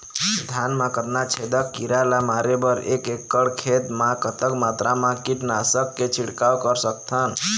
धान मा कतना छेदक कीरा ला मारे बर एक एकड़ खेत मा कतक मात्रा मा कीट नासक के छिड़काव कर सकथन?